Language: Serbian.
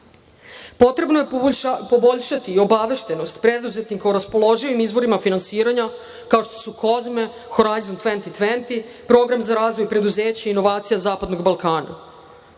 Potrebno je poboljšati obaveštenost preduzetnika o raspoloživim izvorima finansiranja, kao što su COSME, Horizon 2020, program za razvoj preduzeća i inovacija zapadnog Balkana.